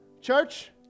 church